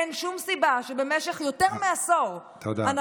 אין שום סיבה שבמשך יותר מעשור אנחנו